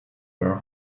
were